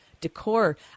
decor